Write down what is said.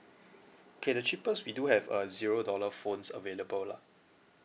okay the cheapest we do have uh zero dollar phones available lah